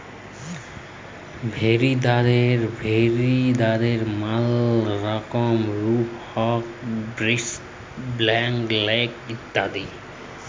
ভেরাদের ম্যালা রকমের রুগ হ্যয় ব্র্যাক্সি, ব্ল্যাক লেগ ইত্যাদি